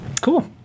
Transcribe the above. Cool